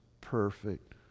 perfect